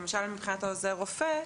למשל מבחינת עוזר הרופא,